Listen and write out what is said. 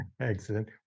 Excellent